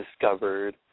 Discovered